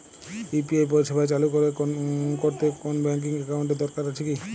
UPI পরিষেবা চালু করতে কোন ব্যকিং একাউন্ট এর কি দরকার আছে?